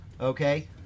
okay